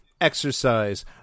Exercise